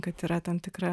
kad yra tam tikra